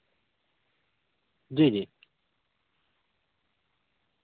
جی جی